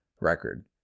record